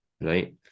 right